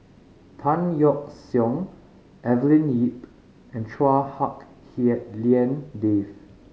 Tan Yeok Seong Evelyn Lip and Chua Hak Lien Dave